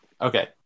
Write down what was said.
okay